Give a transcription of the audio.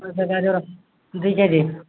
ଆଉ ସେ ଗାଜର ଦି କେ ଜି